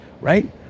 right